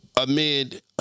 amid